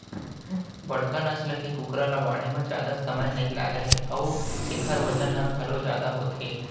बड़का नसल के कुकरा ल बाढ़े म जादा समे नइ लागय अउ एकर बजन ह घलौ जादा होथे